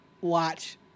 watch